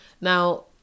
Now